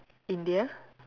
India